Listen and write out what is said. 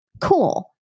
Cool